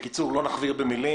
ואני לא רוצה להכביר על זה מילים,